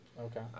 Okay